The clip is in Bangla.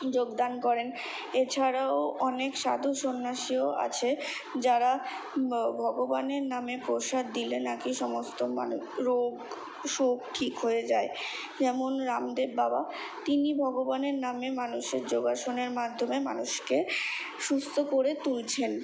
যোগদান করেন এছাড়াও অনেক সাধু সন্ন্যাসীও আছে যারা ভগবানের নামে প্রসাদ দিলে না কি সমস্ত মানে রোগ অসুখ ঠিক হয়ে যায় যেমন রামদেব বাবা তিনি ভগবানের নামে মানুষের যোগাসনের মাধ্যমে মানুষকে সুস্থ করে তুলছেন